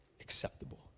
acceptable